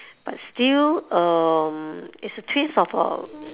but still um it's a twist of uh